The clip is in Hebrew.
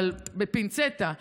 אבל בפינצטה.